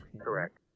correct